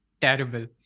terrible